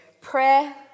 Prayer